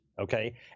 okay